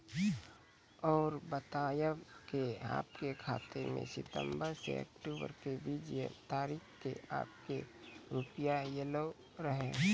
और बतायब के आपके खाते मे सितंबर से अक्टूबर के बीज ये तारीख के आपके के रुपिया येलो रहे?